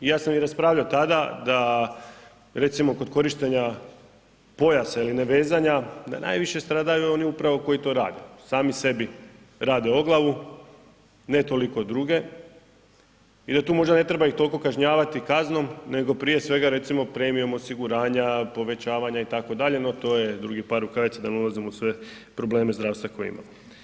I ja sam i raspravljao tada da recimo kod korištenja pojasa ili nevezanja da najviše stradaju oni upravo koji to rade, sami sebi rade o glavu, ne toliko druge i da tu možda ne treba ih toliko kažnjavati kaznom nego prije svega recimo premijom osiguranja, povećavanja itd., no to je drugi par rukavica da ne ulazim u sve probleme zdravstva koje imamo.